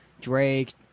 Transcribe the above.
Drake